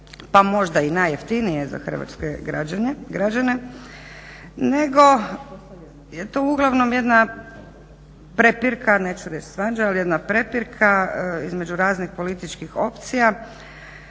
pa možda i najjeftinije za hrvatske građane nego je to uglavnom jedna prepirka, neću reći svađa ali jedna prepirka između raznih političkih opcija